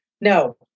No